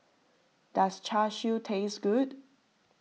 does Char Siu taste good